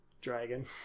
Dragon